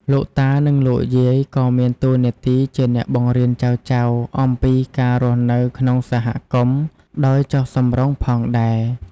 លោកតា និងលោកយាយក៏មានតួនាទីជាអ្នកបង្រៀនចៅៗអំពីការរស់នៅក្នុងសហគមន៍ដោយចុះសម្រុងផងដែរ។